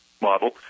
model